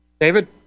David